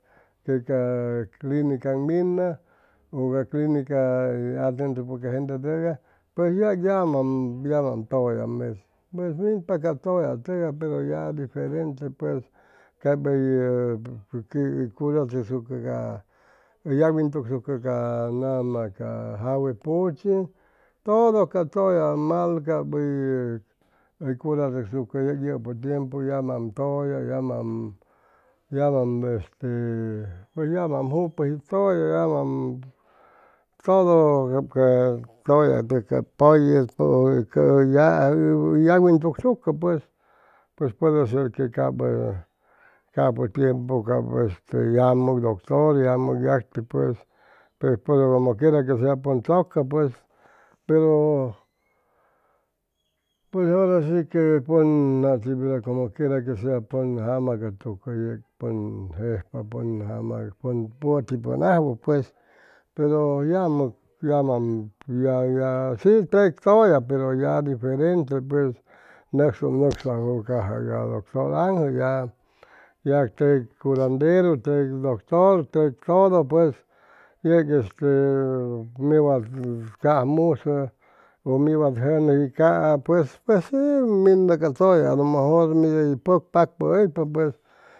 Que ca clinica minʉ u ca clinica atendechʉcpa ca gente tʉgay pues yeg yamam yaam tʉya mero pues minpa ca tʉya tʉgay pero ya diferente piues cap hʉy hʉy curachʉcsucʉ ca hʉy yagwintugsucʉ ca ca nama ca jawe puchi todo ca tʉya ca mal cap hʉy hʉy curachʉcsucʉ pe yec yʉpʉ tiempu yamam tʉlla yamam yamam este pues yamam jupʉji tʉya yamam tʉdo cap ca tʉyatʉg cap pʉyʉ hʉy yagwintucsucʉ pues pues pueda ser que cap papʉ tiempu cap este llamʉ doctor llamʉ yacti pues pero como quiera que sea pʉn tzʉcʉ pero pues hora shi que pʉn nati verda como quiera que sea pʉn jama cʉtucpa yeg pʉn jejpa pʉn jama pʉn wʉtipʉnajwʉ pues pero yamam shi tec tʉlla pero ya diferente pues ʉcpa nʉcsawʉyʉ ca doctor aŋjʉ ya teg curandero te doctor teg todo pues yeg este mit wa cajmusʉ u mit wa jʉnʉji caa pues si minpa ca tʉlla alomejor miy pagpʉhʉypa